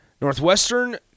Northwestern